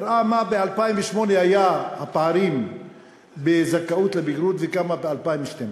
הוא הראה מה היו הפערים ב-2008 בזכאות לבגרות ומה ב-2012.